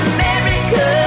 America